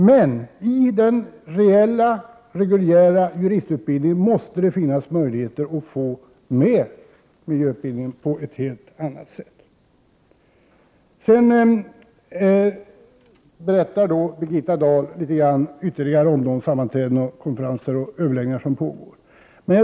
Men i den reella och reguljära juristutbildningen måste det finnas möjligheter att få med miljöutbildningen på ett helt annat sätt än vad som nu är fallet. Sedan talade Birgitta Dahl en del om de sammanträden, konferenser och överläggningar som pågår.